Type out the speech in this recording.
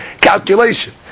calculation